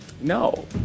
No